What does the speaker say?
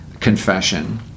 confession